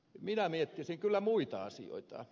minä miettisin kyllä muita asioita